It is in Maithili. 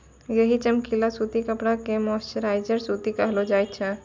यही चमकीला सूती कपड़ा कॅ मर्सराइज्ड सूती कहलो जाय छै